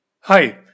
Hi